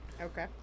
Okay